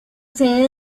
sede